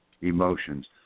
emotions